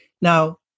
Now